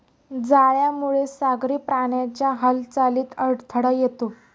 जाळ्यामुळे सागरी प्राण्यांच्या हालचालीत अडथळा येतो